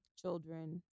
children